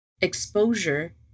exposure